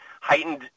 heightened